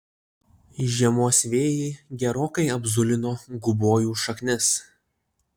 žiemos vėjai gerokai apzulino gubojų šaknis